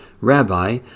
Rabbi